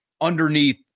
underneath